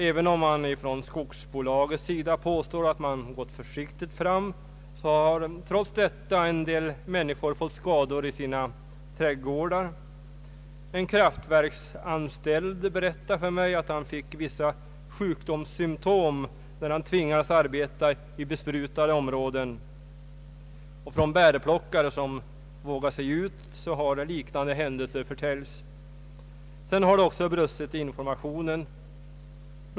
Även om man från skogsbolagets sida påstår att man gått försiktigt fram har trots detta en del människor fått skador på sina trädgårdar. En kraftverksanställd berättade för mig att han fick vissa sjukdomssymtom när han tvingades arbeta i besprutade områden, och från bärplockare som vågat sig ut har liknande händelser förtäljts. Det har nog också brustit i informationen.